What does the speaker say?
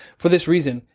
for this reason,